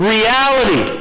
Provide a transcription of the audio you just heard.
Reality